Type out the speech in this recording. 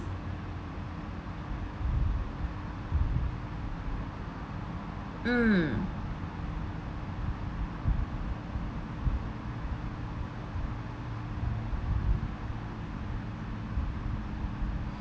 mm